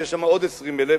שיש שם עוד 20,000,